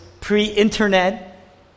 pre-internet